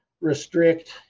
restrict